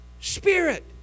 Spirit